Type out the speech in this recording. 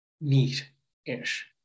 neat-ish